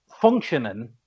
functioning